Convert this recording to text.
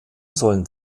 sollen